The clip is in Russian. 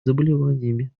заболеваниями